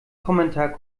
kommentar